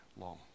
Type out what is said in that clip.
long